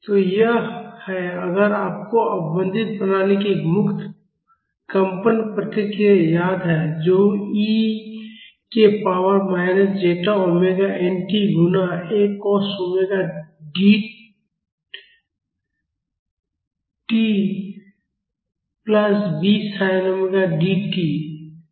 तो यह है अगर आपको अवमंदित प्रणाली की मुक्त कंपन प्रतिक्रिया याद है जो ई के power minus zeta omega nt गुणा ए कॉस ओमेगा डीटt प्लस बी sin ओमेगा Dटी